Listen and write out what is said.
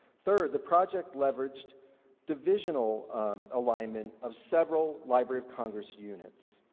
third, the project leveraged divisional alignment of several library of congress units.